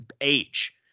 age